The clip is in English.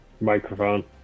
Microphone